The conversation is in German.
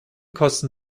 kosten